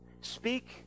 Speak